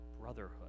brotherhood